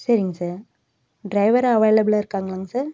சரிங்க sir driver அவைலபிளா இருக்காங்களாங்க சார்